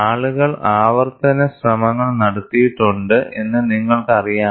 ആളുകൾ ആവർത്തന ശ്രമങ്ങൾ നടത്തിയിട്ടുണ്ട് എന്ന് നിങ്ങൾക്കറിയാമോ